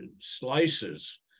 slices